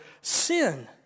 sin